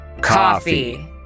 Coffee